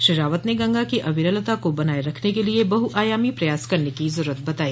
श्री रावत ने गंगा की अविरलता को बनाए रखने के लिए बहुआयामी प्रयास करने की जरूरत बताई